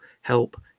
help